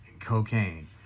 cocaine